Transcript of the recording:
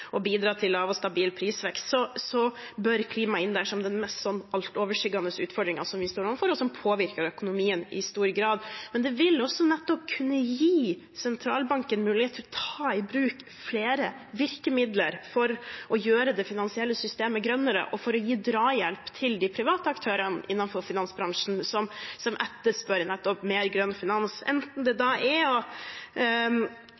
stabil prisvekst, bør klimaet inn der som den mest altoverskyggende utfordringen vi står overfor, og som påvirker økonomien i stor grad. Men det vil også kunne gi sentralbanken mulighet til å ta i bruk flere virkemidler for å gjøre det finansielle systemet grønnere og for å gi drahjelp til de private aktørene innenfor finansbransjen som etterspør nettopp mer grønn finans, enten det